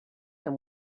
him